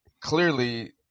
clearly